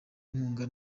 inkunga